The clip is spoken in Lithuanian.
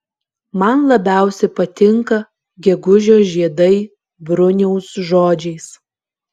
man labiausiai patinka gegužio žiedai bruniaus žodžiais